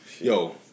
Yo